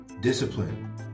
discipline